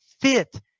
fit